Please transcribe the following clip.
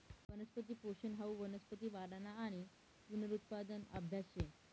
वनस्पती पोषन हाऊ वनस्पती वाढना आणि पुनरुत्पादना आभ्यास शे